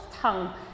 tongue